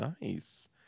nice